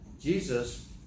jesus